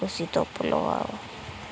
उसी धुप्प लोआओ